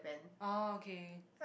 oh okay